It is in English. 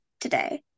today